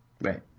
Right